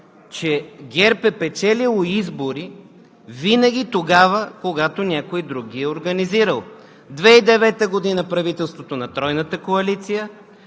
че ГЕРБ е печелил избори винаги тогава, когато някой друг ги е организирал: 2009 г. – правителството на Тройната коалиция,